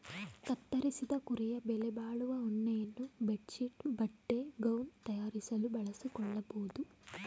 ಕತ್ತರಿಸಿದ ಕುರಿಯ ಬೆಲೆಬಾಳುವ ಉಣ್ಣೆಯನ್ನು ಬೆಡ್ ಶೀಟ್ ಬಟ್ಟೆ ಗೌನ್ ತಯಾರಿಸಲು ಬಳಸಿಕೊಳ್ಳಬೋದು